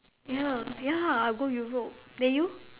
ya ya I go europe then you